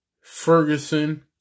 Ferguson